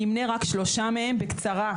אני אמנה רק שלושה מהם בקצרה,